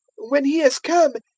when he has come,